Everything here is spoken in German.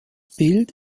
bild